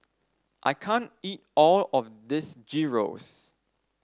I can't eat all of this Gyros